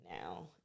now